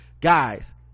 guys